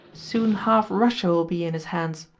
soon half russia will be in his hands.